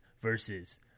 versus